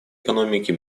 экономики